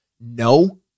No